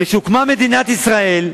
וכשהוקמה מדינת ישראל,